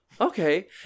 Okay